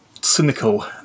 cynical